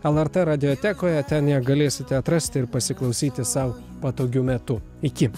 lrt radiotekoje ten ją galėsite atrasti ir pasiklausyti sau patogiu metu iki